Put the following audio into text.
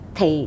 Thì